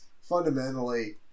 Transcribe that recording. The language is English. fundamentally